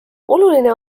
oluline